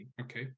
okay